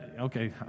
Okay